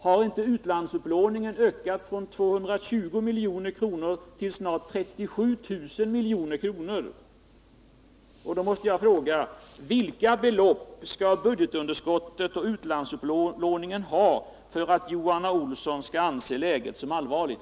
Har inte utlandsupplåningen ökat från 220 milj.kr. till nästan 37 000 milj.kr.? Jag måste fråga: Vilka belopp skall budgetunderskottet och utlandsupplåningen uppgå till för att Johan Olsson skall anse att läget är allvarligt?